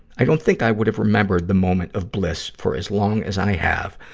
i don't think i would have remembered the moment of bliss for as long as i have,